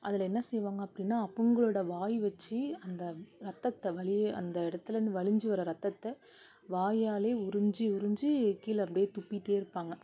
அதில் என்ன செய்வாங்க அப்படின்னா புண்களோட வாய் வச்சி அந்த ரத்தத்த வழிய அந்த இடத்துலேருந்து வழிஞ்சு வர ரத்தத்தை வாயாலே உறிஞ்சி உறிஞ்சி கீழே அப்படியே துப்பிட்டே இருப்பாங்க